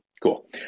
Cool